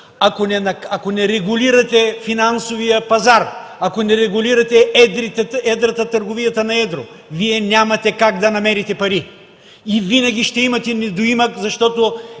ако не регулирате финансовия пазар, ако не регулирате търговията на едро, Вие няма как да намерите пари. И винаги ще имате недоимък, защото